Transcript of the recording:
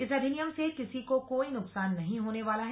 इस अधिनियम से किसी को कोई नुकसान नहीं होने वाला है